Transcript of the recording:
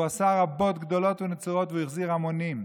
הוא עשה רבות, גדולות ונצורות, והחזיר המונים.